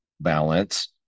balance